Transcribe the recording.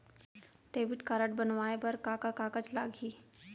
Debit card बनवाये बर का का कागज लागही?